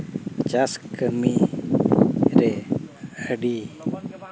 ᱪᱟᱥ ᱠᱟᱹᱢᱤᱨᱮ ᱟᱹᱰᱤ